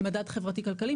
מדד חברתי כלכלי,